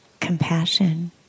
compassion